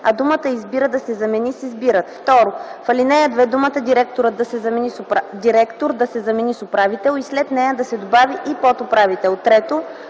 а думата „избира” да се замени с „избират”. 2. В ал. 2 думата „директор” да се замени с „управител” и след нея да се добави „и подуправител”. 3.